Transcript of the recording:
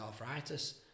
arthritis